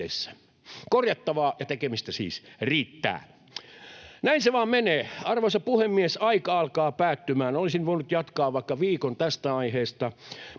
Korjattavaa ja tekemistä siis riittää. Näin se vain menee. Arvoisa puhemies! Aika alkaa päättymään. Olisin voinut jatkaa vaikka viikon tästä aiheesta,